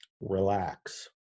relax